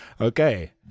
Okay